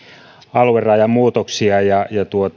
aluerajan muutoksia